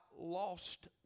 lost